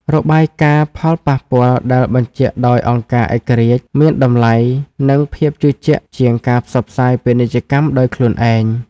របាយការណ៍ផលប៉ះពាល់ដែលបញ្ជាក់ដោយអង្គការឯករាជ្យ មានតម្លៃ និងភាពជឿជាក់ជាងការផ្សព្វផ្សាយពាណិជ្ជកម្មដោយខ្លួនឯង។